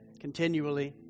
continually